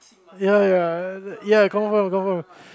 ya ya ya confirm confirm